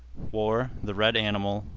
war, the red animal,